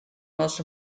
most